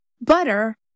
butter